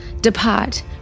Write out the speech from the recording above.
depart